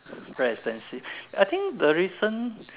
very expensive I think the recent